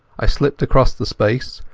i slipped across the space,